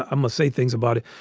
i must say things about it.